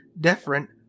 different